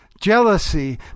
Jealousy